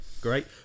great